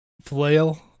flail